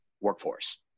workforce